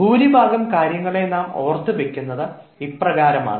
ഭൂരിഭാഗം കാര്യങ്ങളെ നാം ഓർത്തു വയ്ക്കുന്നത് ഇപ്രകാരമാണ്